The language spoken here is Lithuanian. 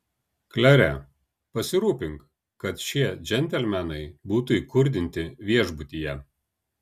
klere pasirūpink kad šie džentelmenai būtų įkurdinti viešbutyje